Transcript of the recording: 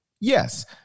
yes